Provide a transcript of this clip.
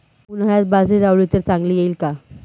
उन्हाळ्यात बाजरी लावली तर चांगली येईल का?